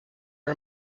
are